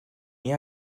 est